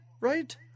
right